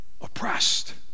oppressed